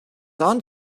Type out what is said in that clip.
aunt